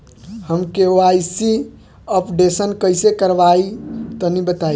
हम KYC updation कइसे करवाई तनि बताई?